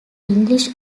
english